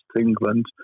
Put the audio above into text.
England